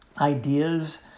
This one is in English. ideas